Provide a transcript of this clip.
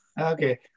Okay